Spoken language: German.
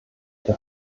der